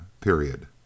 period